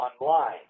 online